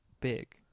big